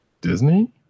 Disney